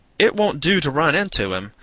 it won't do to run into him,